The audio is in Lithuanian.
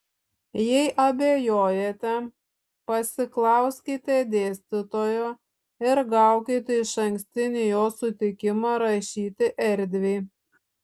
jei abejojate pasiklauskite dėstytojo ir gaukite išankstinį jo sutikimą rašyti erdviai